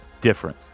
different